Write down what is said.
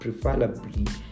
preferably